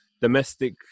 domestic